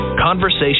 conversation